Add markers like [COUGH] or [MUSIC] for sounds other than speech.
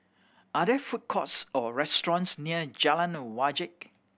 are there food courts or restaurants near Jalan [UNINTELLIGIBLE] Wajek